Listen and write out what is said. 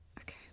Okay